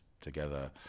together